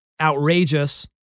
outrageous